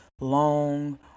long